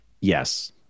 Yes